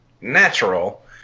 natural